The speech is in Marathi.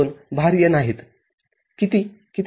म्हणूनचव्होल्टेज VIH साठी आपण म्हणतो कि ही मर्यादा स्थिती १